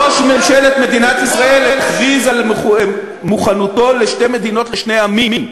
ראש ממשלת מדינת ישראל הכריז על מוכנותו לשתי מדינות לשני עמים.